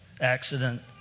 accident